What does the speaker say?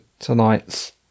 Tonight's